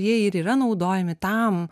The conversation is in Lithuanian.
jie ir yra naudojami tam